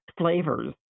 flavors